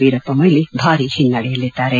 ವೀರಪ್ಪ ಮೊಯಿಲಿ ಭಾರೀ ಹಿನ್ನಡೆಯಲ್ಲಿದ್ದಾರೆ